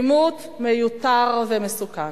לעימות מיותר ומסוכן.